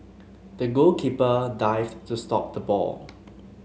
the goalkeeper dived to stop the ball